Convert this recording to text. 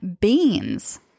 beans